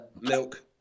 Milk